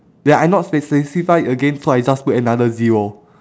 eh I not spe~ specify it again so I just put another zero